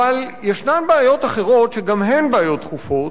אבל יש בעיות אחרות שגם הן בעיות דחופות,